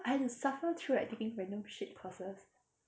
I had to suffer through like taking random shit courses